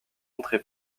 entrée